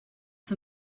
for